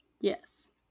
Yes